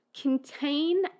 contain